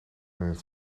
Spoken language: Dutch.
het